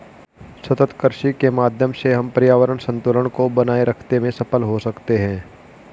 सतत कृषि के माध्यम से हम पर्यावरण संतुलन को बनाए रखते में सफल हो सकते हैं